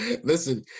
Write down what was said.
Listen